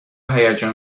هیجان